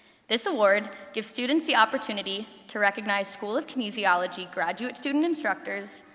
this award gives students the opportunity to recognize school of kinesiology graduate student instructors,